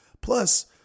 Plus